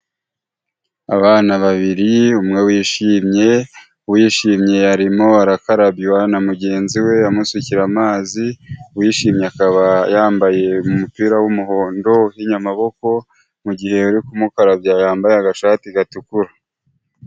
Abana babiri umwe wishimye, uwishimye arimo arakarabywa na mugenzi we amusukirara amazi, uwishimye akaba yambaye umupira w'umuhondo uhinnye amaboko, mu gihe uri kumukarabya yambaye agashati gatukura.